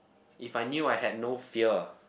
if I knew I had no fear